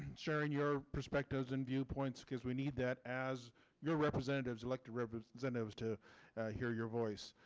sharing your perspectives and viewpoints because we need that as your representatives elected representatives to hear your voice.